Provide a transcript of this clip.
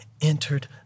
entered